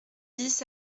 bis